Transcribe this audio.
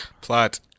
Plot